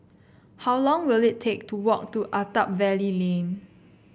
how long will it take to walk to Attap Valley Lane